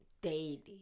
daily